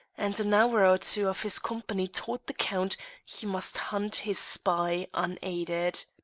and an hour or two of his company taught the count he must hunt his spy unaided.